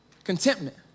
contentment